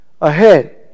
ahead